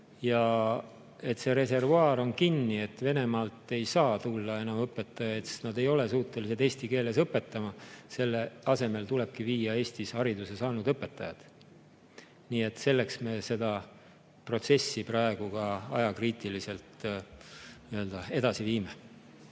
ja et see reservuaar oleks kinni, et Venemaalt ei saaks tulla enam õpetajaid, sest nad ei ole suutelised eesti keeles õpetama. Selle asemel tulebki viia [nendesse koolidesse] Eestis hariduse saanud õpetajad. Sellepärast me seda protsessi praegu ka ajakriitiliselt edasi viime.